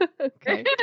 Okay